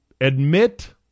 admit